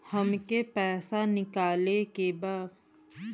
हमके पैसा निकाले के बा